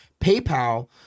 PayPal